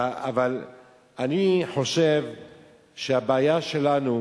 אני חושב שהבעיה שלנו,